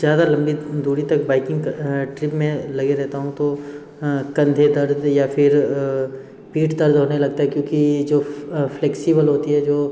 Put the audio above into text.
ज़्यादा लम्बी दूरी तक बाइकिंग का ठीक मैं लगे रहता हूँ तो कंधे दर्द या फिर पीठ दर्द होने लगती है क्योंकि जो फ्लेक्सिबल होती है जो